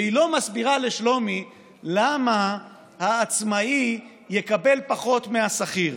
והיא לא מסבירה לשלומי למה העצמאי יקבל פחות מהשכיר,